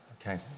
Okay